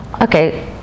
okay